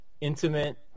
intimate